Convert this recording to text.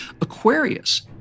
Aquarius